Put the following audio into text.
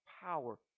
power